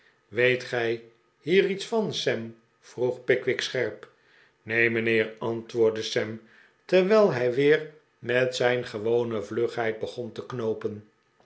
weet gij hier iets van sam vroeg pickwick scherp neen mijnheer antwoordde sam terwijl hij weer met zijn gewone vlugheid begon te knoopen